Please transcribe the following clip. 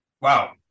wow